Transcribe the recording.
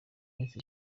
minsi